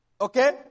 Okay